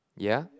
yeah